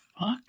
fuck